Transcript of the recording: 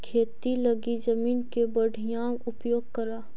खेती लगी जमीन के बढ़ियां उपयोग करऽ